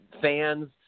fans